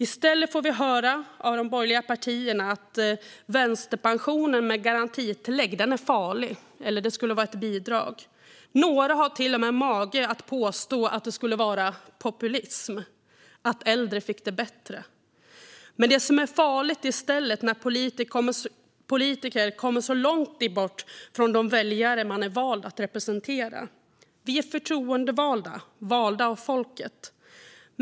I stället får vi höra av de borgerliga partierna att vänsterpensionen med garantitillägg är farlig eller att den skulle vara ett bidrag. Några har till och med mage att påstå att det skulle vara populism att äldre får det bättre. Det som är farligt är i stället när politiker kommer långt bort från de väljare man är vald att representera. Vi är förtroendevalda - valda av folket.